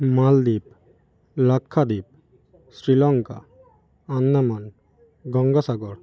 Maldives Lakshadweep Sri Lanka Andaman Gangasagar